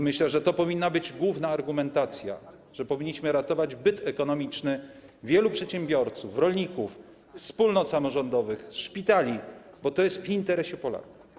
Myślę, że to powinna być główna argumentacja, że powinniśmy ratować byt ekonomiczny wielu przedsiębiorców, rolników, wspólnot samorządowych, szpitali - bo to leży w interesie Polaków.